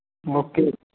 okay